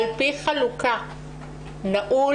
וגם אני רואה בעבודה, אני לא צריכה להסתכל רחוק.